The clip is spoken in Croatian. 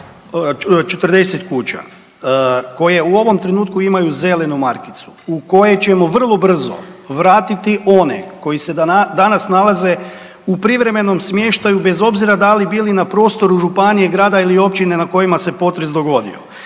40 kuća koje u ovom trenutku imaju zelenu markicu u koje ćemo vrlo brzo vratiti one koji se danas nalaze u privremenom smještaju bez obzira da li bili na prostoru županije, grada ili općine na kojima se potres dogodio